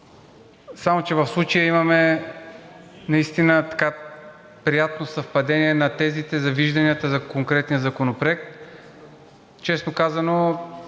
само че в случая имаме наистина приятно съвпадение на тезите за вижданията за конкретния законопроект. Честно казано,